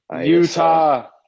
Utah